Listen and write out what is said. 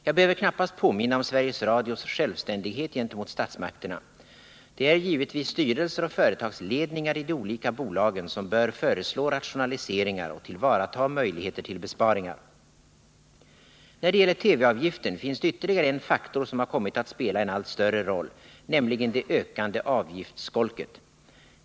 Jag behöver knappast påminna om Sveriges Radios självständighet gentemot statsmakterna. Det är givetvis styrelser och företagsledningar i de olika bolagen som bör föreslå rationaliseringar och tillvarata möjligheter till besparingar. När det gäller TV-avgiften finns det ytterligare en faktor som har kommit att spela en allt större roll, nämligen det ökande avgiftsskolket.